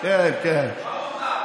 מה הוא אמר לך?